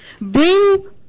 Bring